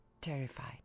terrified